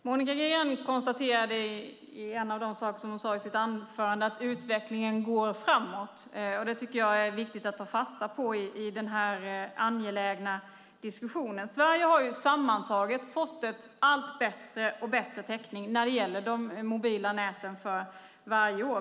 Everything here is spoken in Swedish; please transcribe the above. Herr talman! Monica Green konstaterade i sitt anförande att utvecklingen går framåt. Det tycker jag är viktigt att ta fasta på i den här angelägna diskussionen. Sverige har sammantaget fått allt bättre täckning för varje år när det gäller de mobila näten.